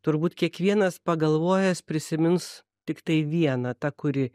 turbūt kiekvienas pagalvojęs prisimins tiktai vieną tą kuri